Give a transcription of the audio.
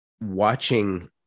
watching